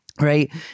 Right